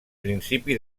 principi